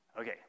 Okay